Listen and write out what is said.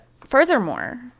furthermore